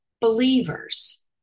Believers